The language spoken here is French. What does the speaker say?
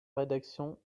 rédaction